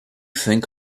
think